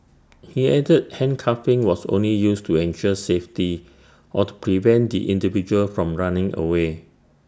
he added handcuffing was only used to ensure safety or to prevent the individual from running away